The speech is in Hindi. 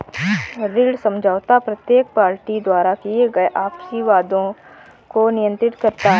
ऋण समझौता प्रत्येक पार्टी द्वारा किए गए आपसी वादों को नियंत्रित करता है